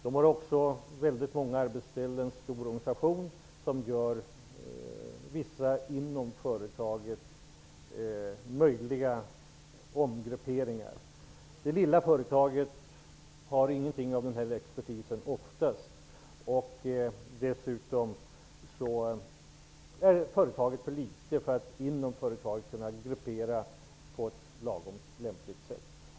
De har också väldigt många arbetsställen och en stor organisation som möjliggör vissa omgrupperingar inom företaget. Det lilla företaget har oftast ingenting av denna expertis. Dessutom är företaget för litet för att man skall kunna omgruppera på ett lämpligt sätt inom företaget.